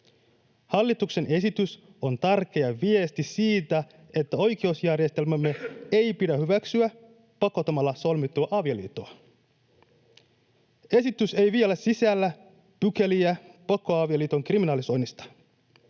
Hallituksen esitys on tärkeä viesti siitä, että oikeusjärjestelmämme ei pidä hyväksyä pakottamalla solmittua avioliittoa. Esitys ei vielä sisällä pykäliä pakkoavioliiton kriminalisoinnista,